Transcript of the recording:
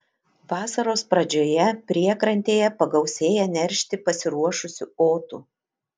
vasaros pradžioje priekrantėje pagausėja neršti pasiruošusių otų